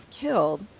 killed